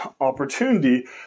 opportunity